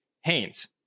Haynes